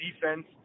defense